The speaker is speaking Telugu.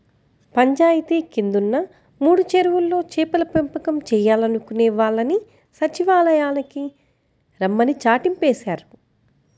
పంచాయితీ కిందున్న మూడు చెరువుల్లో చేపల పెంపకం చేయాలనుకునే వాళ్ళని సచ్చివాలయానికి రమ్మని చాటింపేశారు